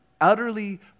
utterly